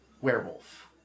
werewolf